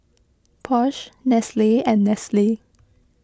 Porsche Nestle and Nestle